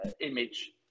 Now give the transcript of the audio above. image